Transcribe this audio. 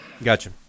Gotcha